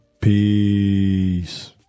peace